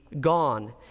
gone